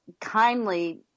kindly